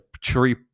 tree